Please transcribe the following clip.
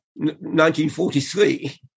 1943